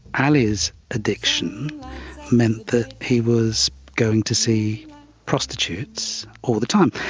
ali's addiction meant that he was going to see prostitutes all the time.